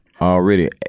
Already